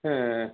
हं